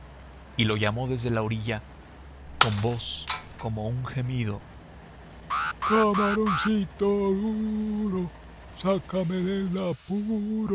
y lo llamó desde la orilla con voz como un gemido p camaroncito duro sácame del